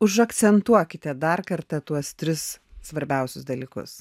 už akcentuokite dar kartą tuos tris svarbiausius dalykus